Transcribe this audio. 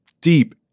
deep